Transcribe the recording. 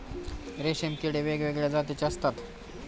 रेशीम किडे वेगवेगळ्या जातीचे असतात